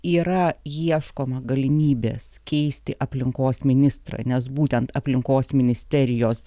yra ieškoma galimybės keisti aplinkos ministrą nes būtent aplinkos ministerijos